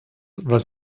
was